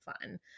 fun